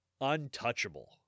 untouchable